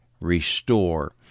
restore